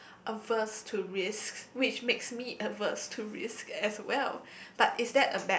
averse to risk which makes me averse to risk as well but is that a bad